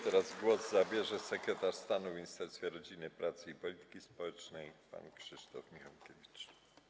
Teraz głos zabierze sekretarz stanu w Ministerstwie Rodziny, Pracy i Polityki Społecznej pan Krzysztof Michałkiewicz.